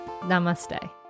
Namaste